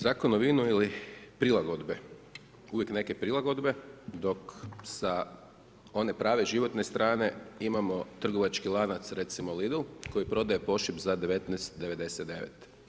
Zakon o vinu ili prilagodbe, uvijek neke prilagodbe dok sa one prave životne strane imamo trgovački lanac recimo Lidl koji prodaje pošip za 19,99.